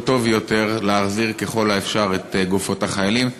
טוב יותר להחזיר ככל האפשר את גופות החיילים.